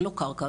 לא קרקע.